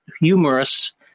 humorous